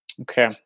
Okay